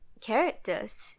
characters